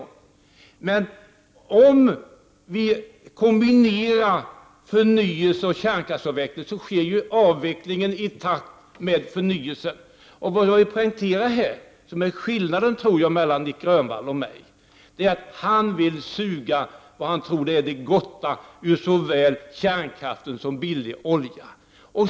Om man kombinerar förnyelse och kärnkraftsavveckling sker också avvecklingen i takt med förnyelsen. En skillnad mellan Nic Grönvall och mig i den här frågan tror jag är att han vill suga på det gottaste ur såväl kärnkraft som billig olja.